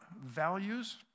values